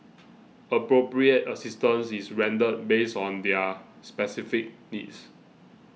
appropriate assistance is rendered based on their specific needs